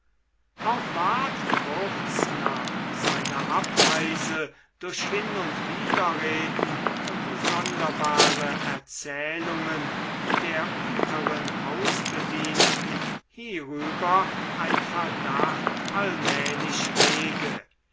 auch ward kurz nach seiner abreise durch hin und widerreden und sonderbare erzählungen der unteren hausbedienten hierüber ein verdacht allmählich rege